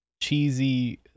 cheesy